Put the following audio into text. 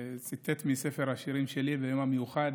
שציטט מספר השירים שלי ביום המיוחד,